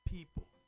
People